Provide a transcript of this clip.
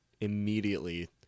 immediately